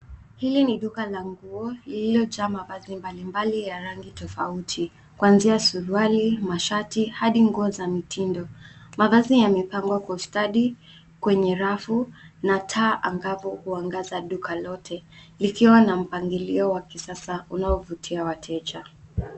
Hili ni duka la nguo lililojaa mavazi mbalimbali ya rangi tofauti, kuanzia suruali, mashati, hadi nguo za mitindo. Mavazi yamepangwa kwa ustadi kwenye rafu na taa angavu kuangaza duka lote. Likiwa na mpangilio wa kisasa unaovutia wateja.